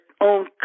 own